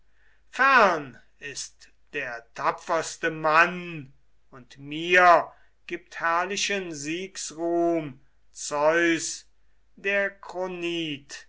fern ist der tapferste mann und mir gibt herrlichen siegsruhm zeus der